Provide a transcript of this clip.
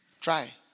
Try